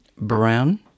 Brown